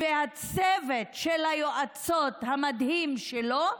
וצוות היועצות המדהים שלו,